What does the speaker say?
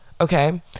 okay